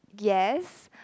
yes